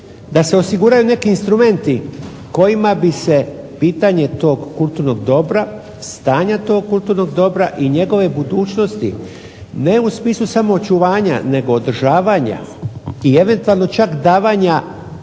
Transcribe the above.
da se osiguraju neki instrumenti kojima bi se pitanje tog kulturnog dobra, stanja tog kulturnog dobra i njegove budućnosti ne u smislu samo očuvanja nego održavanja i eventualno čak davanja